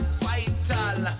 vital